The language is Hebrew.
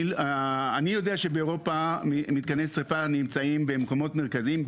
אני יודע שבאירופה מתקני שריפה נמצאים במקומות מרכזיים,